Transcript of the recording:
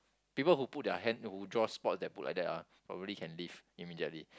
people who put their hand who draw spot that put like that ah already can leave immediately